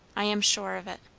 i am sure of it!